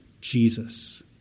Jesus